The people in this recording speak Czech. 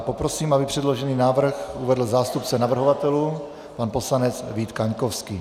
Poprosím, aby předložený návrh uvedl zástupce navrhovatelů pan poslanec Vít Kaňkovský.